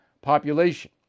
population